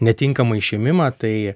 netinkamą išėmimą tai